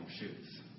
shoes